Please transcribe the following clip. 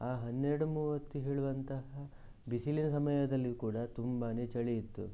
ಆ ಹನ್ನೆರಡು ಮೂವತ್ತು ಹೇಳುವಂತಹ ಬಿಸಿಲಿನ ಸಮಯದಲ್ಲಿಯೂ ಕೂಡ ತುಂಬಾನೇ ಚಳಿ ಇತ್ತು